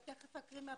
תיכף אקריא מהפרוטוקול,